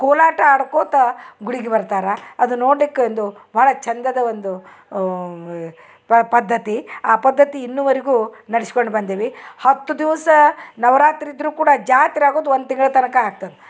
ಕೋಲಾಟ ಆಡ್ಕೋತ ಗುಡಿಗೆ ಬರ್ತಾರ ಅದು ನೋಡ್ಲಿಕ್ಕೆಂದು ಭಾಳ ಚಂದದ ಒಂದು ಪದ್ಧತಿ ಆ ಪದ್ಧತಿ ಇನ್ನುವರಿಗು ನಡ್ಶಿಕೊಂಡು ಬಂದೀವಿ ಹತ್ತು ದಿವಸ ನವರಾತ್ರಿ ಇದ್ರು ಕೂಡ ಜಾತ್ರೆ ಆಗೋದು ಒಂದು ತಿಂಗ್ಳ ತನಕ ಆಗ್ತದ